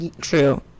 True